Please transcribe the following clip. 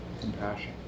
compassion